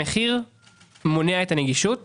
המחיר מונע את הנגישות.